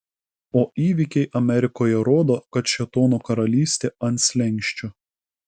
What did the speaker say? o įvykiai amerikoje rodo kad šėtono karalystė ant slenksčio